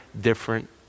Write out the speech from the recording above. different